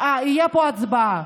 תהיה פה הצבעה.